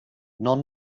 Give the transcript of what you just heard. non